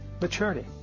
maturity